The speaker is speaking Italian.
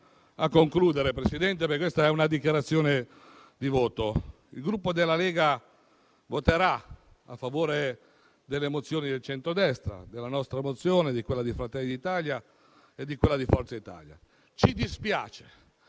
a concludere la mia dichiarazione di voto. Il Gruppo della Lega voterà a favore delle mozioni del centrodestra, quindi della nostra mozione, di quella di Fratelli d'Italia e di quella di Forza Italia. Ci dispiace,